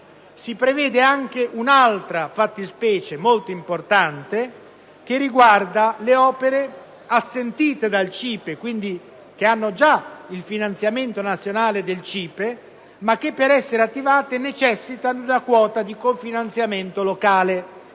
Si prevede anche un'altra fattispecie molto importante, che riguarda le opere assentite dal CIPE, che hanno già il finanziamento nazionale del CIPE, ma che per essere attivate necessitano di una quota di cofinanziamento locale.